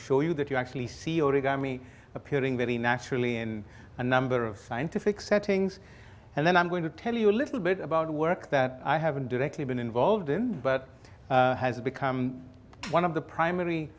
show you that you actually see origami appearing very naturally in a number of scientific settings and then i'm going to tell you a little bit about the work that i haven't directly been involved in but it has become one of the primary